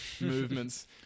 movements